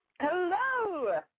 Hello